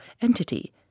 entity